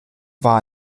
war